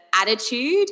attitude